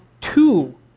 two